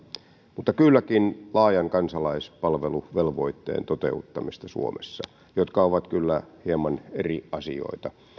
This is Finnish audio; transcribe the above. mutta kylläkin laajan kansalaispalveluvelvoitteen toteuttamista suomessa jotka ovat kyllä hieman eri asioita